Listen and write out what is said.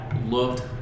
looked